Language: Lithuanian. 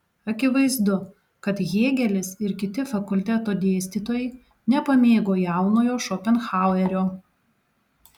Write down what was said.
akivaizdu kad hėgelis ir kiti fakulteto dėstytojai nepamėgo jaunojo šopenhauerio